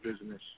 business